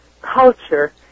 culture